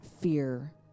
fear